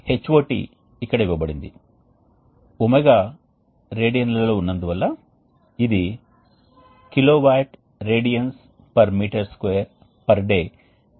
కాబట్టి రీజెనరేటర్లు మేము ఇంచుమించుగా విభిన్న రకాల రీజెనరేటర్లను చూశాము మేము చర్చించిన రికపరేటర్లను చూశాము అయితే వేస్ట్ హీట్ రికవరీ ప్రయోజనం కోసం మేము మీకు చూపించాలనుకుంటున్న కొన్ని ప్రత్యేక రిక్యూపరేటర్లు ఉన్నాయి